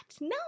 No